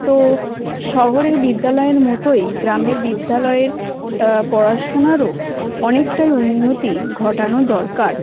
তো শহরের বিদ্যালয়ের মতোই গ্রামের বিদ্যালয়ের পড়াশুনারও অনেকটাই উন্নতি ঘটানো দরকার